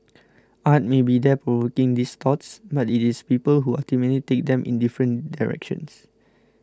art may be there provoking these thoughts but it is people who ultimately take them in different directions